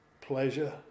pleasure